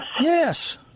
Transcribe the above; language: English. Yes